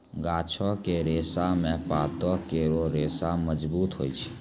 गाछो क रेशा म पातो केरो रेशा मजबूत होय छै